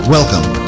Welcome